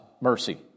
mercy